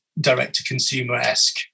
direct-to-consumer-esque